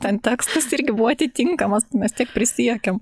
ten tekstas irgi buvo atitinkamas mes tiek prisijuokėm